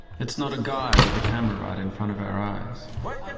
it's not a guy with a camera right in front of our eyes. what